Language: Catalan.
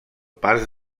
pas